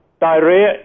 diarrhea